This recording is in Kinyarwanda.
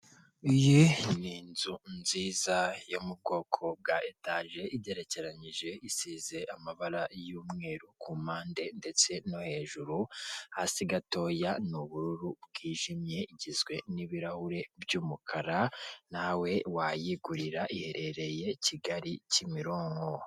Iyi ni inzu nziza yo mu bwoko bwa etaje, igerekeranyije, isize amabara y'umweru ku mpande ndetse no hejuru, hasi gatoya ni ubururu bwijimye, igizwe n'ibirahure by'umukara, nawe wayigurira, iherereye Kigali, Kimironko.